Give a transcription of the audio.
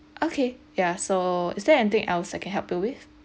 okay ya so is there anything else I can help you with